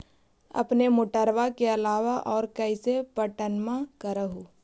अपने मोटरबा के अलाबा और कैसे पट्टनमा कर हू?